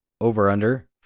over-under